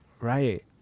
right